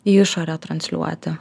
į išorę transliuoti